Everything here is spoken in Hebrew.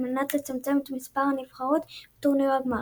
מנת לצמצם את מספר הנבחרות בטורניר הגמר.